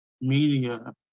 media